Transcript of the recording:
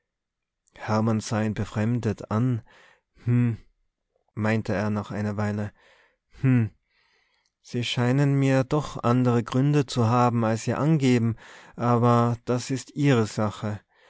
hermann sah ihn befremdet an hm meinte er nach einer weile hm sie scheinen mir doch andere gründe zu haben als sie angeben aber das ist ihre sache